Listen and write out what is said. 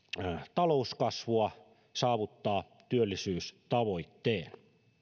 talouskasvua saavuttaa työllisyystavoitteen